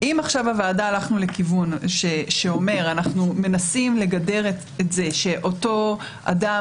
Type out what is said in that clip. אם הלכנו לכיוון שאומר שאנחנו מנסים לגדר שאותו אדם,